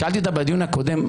שאלתי אותה בדיון הקודם: